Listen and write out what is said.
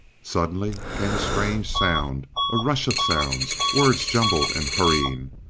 suddenly came a strange sound, a rush of sounds, words jumbled and hurrying,